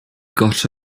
got